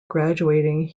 graduating